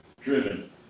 driven